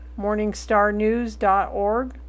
morningstarnews.org